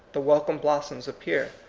the welcome blossoms appear?